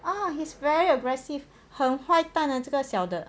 oh he's very aggressive 很坏蛋啊这个小的